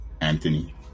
Anthony